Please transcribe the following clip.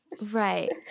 Right